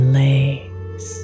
legs